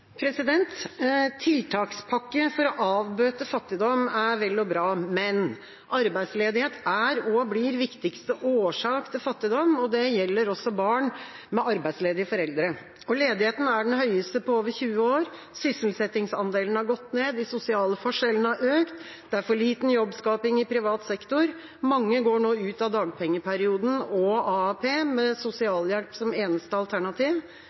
vel og bra, men arbeidsledighet er og blir viktigste årsak til fattigdom, og det gjelder også barn med arbeidsledige foreldre. Ledigheten er den høyeste på over 20 år. Sysselsettingsandelen har gått ned. De sosiale forskjellene har økt. Det er for liten jobbskaping i privat sektor. Mange går nå ut av dagpengeperioden og AAP, med sosialhjelp som eneste alternativ.